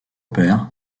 père